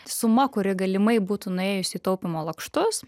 suma kuri galimai būtų nuėjusi į taupymo lakštus